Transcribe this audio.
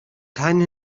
kein